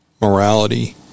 morality